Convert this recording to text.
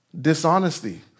Dishonesty